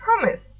Promise